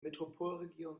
metropolregion